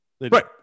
Right